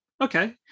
okay